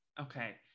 Okay